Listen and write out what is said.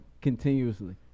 continuously